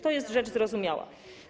To jest rzecz zrozumiała.